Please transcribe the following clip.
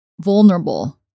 vulnerable